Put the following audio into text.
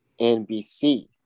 NBC